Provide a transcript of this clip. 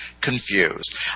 confused